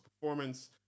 performance